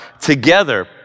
together